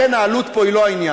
לכן העלות פה היא לא העניין.